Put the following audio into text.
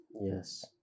Yes